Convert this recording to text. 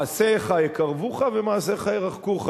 מעשיך יקרבוך ומעשיך ירחקוך.